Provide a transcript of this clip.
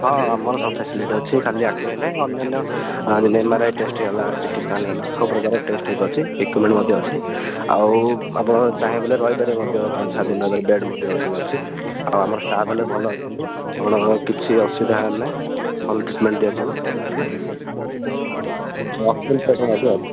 ହଁ ଆମର ସବୁ ଫ୍ୟାସିଲିଟି ଅଛି ଖାଲି ଆଖି ପାଇଁ ନାଇଁ ଅନ୍ୟାନ୍ୟ ଏମ ଆର ଆଇ ଟେଷ୍ଟ୍ ହେଇଗଲା ସି ଟି ସ୍କାନ୍ ହେଲା ସବୁପ୍ରକାର ଟେଷ୍ଟ୍ ହେଇପାରୁଛି ଇକ୍ୟୁପମେଣ୍ଟ୍ ମଧ୍ୟ ଅଛି ଆଉ ଆପଣ ଚାହିଁବେ ବୋଲେ ରହିପାରିବେ ମଧ୍ୟ ପାଞ୍ଚ ସାତ ଦିନ ରହିପାରିବେ ବେଡ୍ ମଧ୍ୟ ଅଧିକ ଅଛି ଆଉ ଆମର ଷ୍ଟାଫ୍ ହେଲେ ଭଲ ଅଛନ୍ତି ଆପଣଙ୍କର କିଛି ଅସୁବିଧା ହେବାର ନାହିଁ ଭଲ ଟ୍ରିଟ୍ମେଣ୍ଟ୍ ଦିଆଯିବ ହେଲା